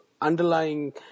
underlying